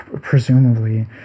presumably